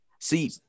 see